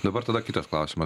dabar tada kitas klausimas